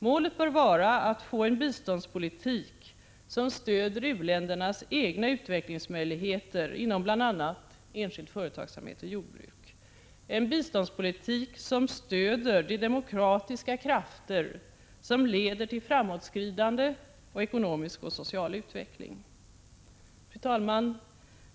Målet bör vara att få en biståndspolitik som stöder u-ländernas egna utvecklingsmöjligheter inom bl.a. enskild företagsamhet och jordbruk, en biståndspolitik som stöder de demokratiska krafter som leder till framåtskridande och ekonomisk och social utveckling. Fru talman!